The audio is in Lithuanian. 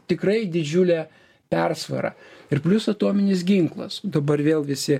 tikrai didžiulė persvara ir plius atominis ginklas dabar vėl visi